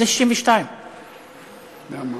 זה 62. למה?